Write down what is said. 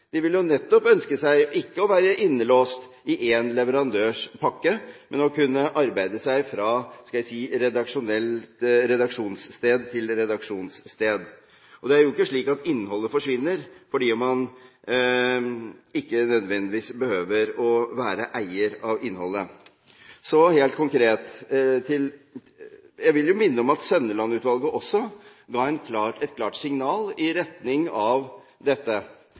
De vil jo nettopp ønske seg ikke å være innelåst i én leverandørs pakke, men å kunne arbeide seg fra redaksjonssted til redaksjonssted. Det er jo ikke slik at innholdet forsvinner fordi om man ikke er eier av innholdet. Så helt konkret: Jeg vil jo minne om at Sønneland-utvalget også ga et klart signal i retning av dette,